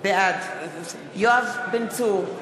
בעד יואב בן צור,